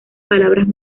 palabras